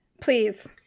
Please